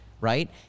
Right